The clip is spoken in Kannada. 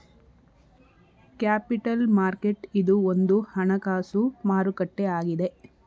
ಕ್ಯಾಪಿಟಲ್ ಮಾರ್ಕೆಟ್ ಇದು ಒಂದು ಹಣಕಾಸು ಮಾರುಕಟ್ಟೆ ಆಗಿದೆ